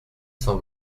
s’en